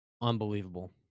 Unbelievable